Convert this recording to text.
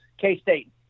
K-State